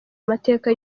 amateka